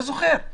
אתה זוכר.